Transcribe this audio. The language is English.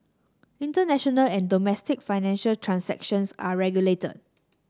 international and domestic financial transactions are regulated